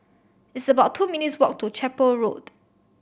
it's about two minutes' walk to Chapel Road